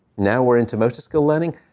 now we're into motor skill learning?